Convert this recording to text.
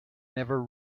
never